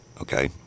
okay